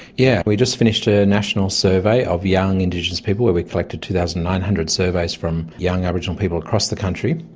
yeah we just finished ah a national survey of young indigenous people where we collected two thousand nine hundred surveys from young aboriginal people across the country,